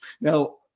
Now